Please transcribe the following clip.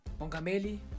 Bongameli